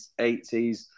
80s